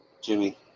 Jimmy